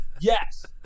Yes